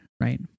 Right